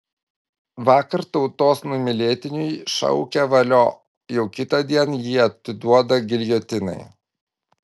vakar tautos numylėtiniui šaukę valio jau kitądien jį atiduoda giljotinai